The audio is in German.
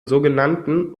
sogenannten